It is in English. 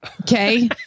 Okay